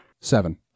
Seven